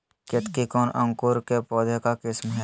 केतकी कौन अंकुर के पौधे का किस्म है?